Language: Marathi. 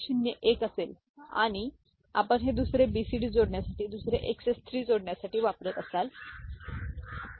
तर येथे 0101 असेल आणि आपण हे दुसरे बीसीडी जोडण्यासाठी दुसरे XS 3 जोडण्यासाठी वापरत असाल तर अंक तेथे आहे